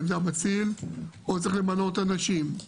האם זה המציל, או צריך למנות אנשים?